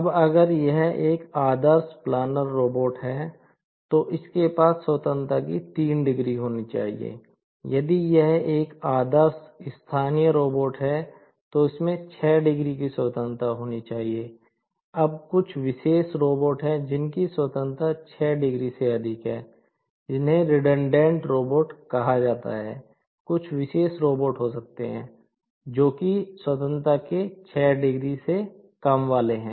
अब अगर यह एक आदर्श प्लानर रोबोट हो सकते हैं